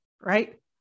right